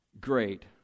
great